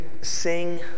sing